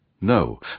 No